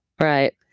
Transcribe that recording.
Right